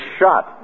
shot